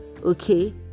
Okay